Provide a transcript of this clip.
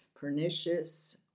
pernicious